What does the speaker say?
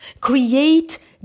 Create